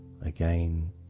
Again